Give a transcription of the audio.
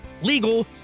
legal